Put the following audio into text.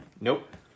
Nope